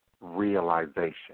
realization